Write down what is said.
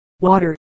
water